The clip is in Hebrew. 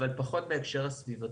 אבל פחות בהקשר הסביבתי,